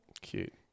Cute